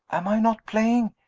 am i not playing?